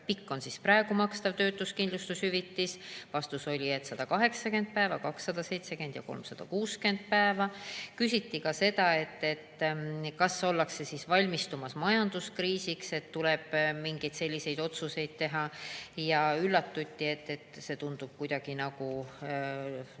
pikalt praegu makstakse töötuskindlustushüvitist. Vastus oli, et 180 päeva, 270 päeva ja 360 päeva. Küsiti ka seda, kas ollakse valmistumas majanduskriisiks, et tuleb mingeid selliseid otsuseid teha, ja üllatuti, kuna see tundub kuidagi nagu